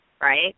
right